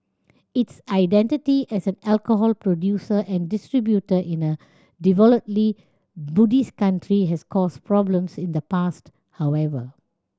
its identity as an alcohol producer and distributor in a devoutly Buddhist country has caused problems in the past however